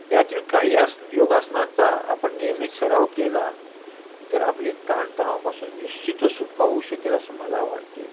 यातील काही आस योगासनांचा आपण नियमित सराव केला तर आपली ताणतणावपासून निश्चितच सुटका होऊ शकेल असं मला वाटते